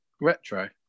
retro